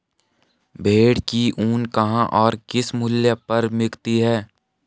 भेड़ की ऊन कहाँ और किस मूल्य पर बिकती है?